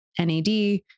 NAD